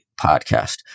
podcast